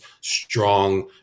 strong